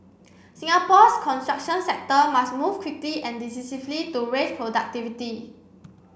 Singapore's construction sector must move quickly and decisively to raise productivity